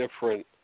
different